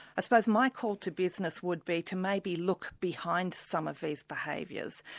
suppose my call to business would be to maybe look behind some of these behaviours,